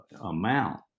amount